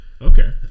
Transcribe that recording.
Okay